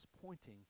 pointing